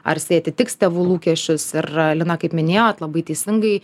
ar jisai atitiks tėvų lūkesčius ir lina kaip minėjot labai teisingai